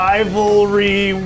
Rivalry